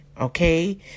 Okay